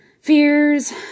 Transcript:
fears